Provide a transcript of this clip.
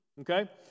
okay